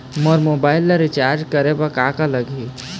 मोर mobile ला recharge करे बर का का लगही?